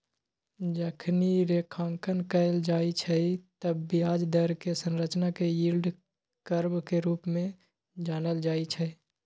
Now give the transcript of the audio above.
जखनी रेखांकन कएल जाइ छइ तऽ ब्याज दर कें संरचना के यील्ड कर्व के रूप में जानल जाइ छइ